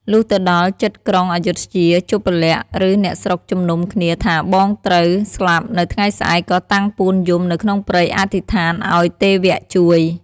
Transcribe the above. លុះទៅដល់ជិតក្រុងឰយធ្យា ជប្បលក្សណ៍ ឮអ្នកស្រុកជំនុំគ្នាថាបងត្រូវស្លាប់នៅថ្ងៃស្អែកក៏តាំងពួនយំនៅក្នុងព្រៃអធិដ្ឋានឱ្យទេវៈជួយ។